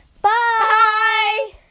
Bye